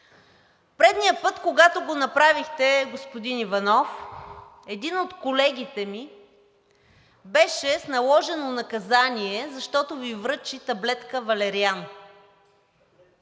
Предния път, когато го направихте, господин Иванов, един от колегите ми, беше с наложено наказание, защото Ви връчи таблетка валериан.